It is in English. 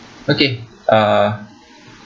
okay uh